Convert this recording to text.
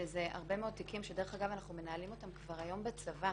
שזה הרבה מאוד תיקים שאנחנו מנהלים אותם כבר היום בצבא.